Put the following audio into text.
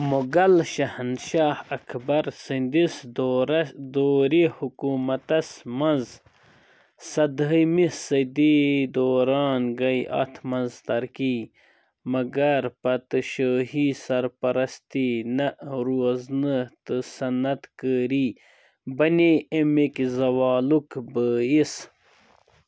مُغل شہنشاہ اکبر سٕنٛدِس دورَس دورِ حکوٗمتَس مَنٛز سَدہٲیمہِ صدی دوران گٔے اَتھ منٛز ترقی مگر پتہٕ شٲہی سرپرستی نہ روزنہٕ تہٕ صنعت کٲری بنے اَمِکۍ زوالُک بٲعث